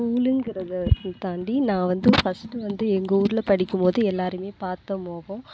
ஸ்கூலுங்குறதை தாண்டி நான் வந்து ஃபர்ஸ்ட்டு வந்து எங்கள் ஊரில் படிக்கும்போது எல்லாரையுமே பார்த்த முகோம்